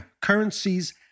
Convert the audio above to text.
currencies